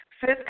Fifth